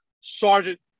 Sergeant